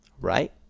Right